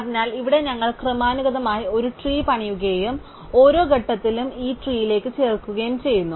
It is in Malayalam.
അതിനാൽ ഇവിടെ ഞങ്ങൾ ക്രമാനുഗതമായി ഒരു ട്രീ പണിയുകയും ഓരോ ഘട്ടത്തിലും ഈ ട്രീലേക്ക് ചേർക്കുകയും ചെയ്യുന്നു